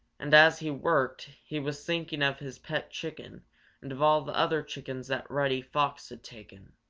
and as he worked he was thinking of his pet chicken and of all the other chickens that reddy fox had taken.